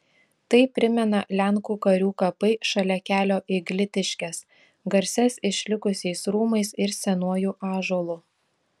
tai primena lenkų karių kapai šalia kelio į glitiškes garsias išlikusiais rūmais ir senuoju ąžuolu